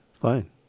fine